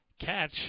catch